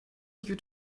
due